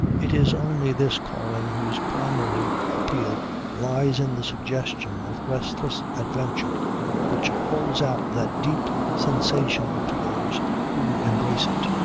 it is only this calling whose primary appeal lies in the suggestion of restless adventure which holds out that deep sensation to those who embrace it.